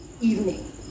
evening